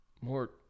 more